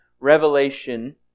Revelation